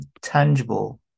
tangible